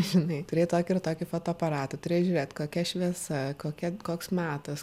žinai turėjai tokį ir tokį fotoaparatą turėjai žiūrėt kokia šviesa kokia koks metas